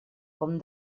com